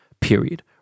period